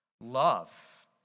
Love